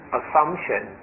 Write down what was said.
assumption